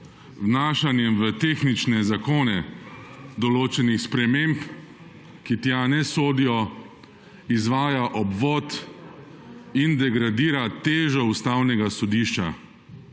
vnašanjem v tehnične zakone določenih sprememb, ki tja ne sodijo, izvaja obvod in degradira težo Ustavnega sodišča.